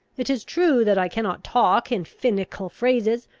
it is true that i cannot talk in finical phrases,